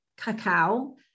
cacao